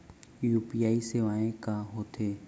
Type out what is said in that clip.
UPI सेवाएं का होथे